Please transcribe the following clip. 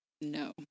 no